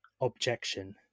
objection